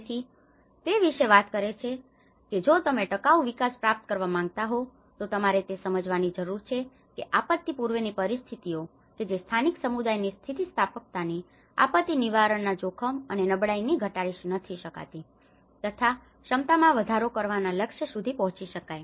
તેથી તે વિશે વાત કરે છે કે જો તમે ટકાઉ વિકાસ પ્રાપ્ત કરવા માંગતા હો તો તમારે તે સમજવાની જરૂર છે કે આપત્તિ પૂર્વેની પરિસ્થિતિઓ કે જે સ્થાનિક સમુદાયોની સ્થિતિસ્થાપકતાથી આપત્તિ નિવારણના જોખમ અને નબળાઈઓ ઘટાડી શકી તથા ક્ષમતામાં વધારો કરવાના લક્ષ્ય સુધી પહોંચી શકાય